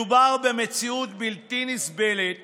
מדובר במציאות בלתי נסבלת